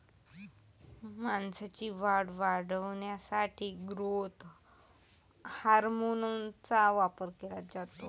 मांसाची वाढ वाढवण्यासाठी ग्रोथ हार्मोनचा वापर केला जातो